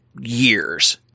years